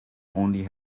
only